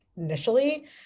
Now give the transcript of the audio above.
initially